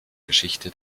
geschichte